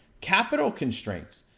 capital constraints.